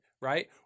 right